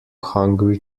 hungry